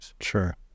Sure